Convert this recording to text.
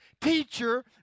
teacher